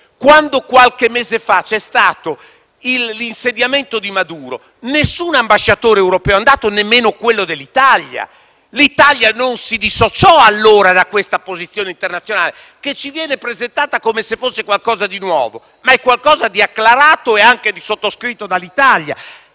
Quando, qualche mese, fa c'è stato l'insediamento di Maduro, nessun ambasciatore europeo vi è andato, neanche quello italiano. L'Italia non si dissociò allora da questa posizione internazionale, che ci viene presentata come se fosse qualcosa di nuovo, mentre è qualcosa di acclarato e anche di sottoscritto dall'Italia.